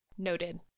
Noted